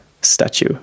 statue